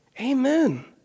Amen